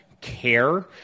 care